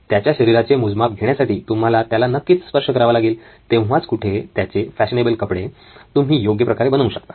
त्याच्या शरीराचे मोजमाप घेण्यासाठी तुम्हाला त्याला नक्कीच स्पर्श करावा लागेल तेव्हाच कुठे त्याचे फॅशनेबल कपडे तुम्ही योग्य प्रकारे बनवू शकता